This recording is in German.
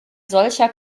solcher